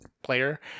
player